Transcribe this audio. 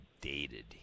dated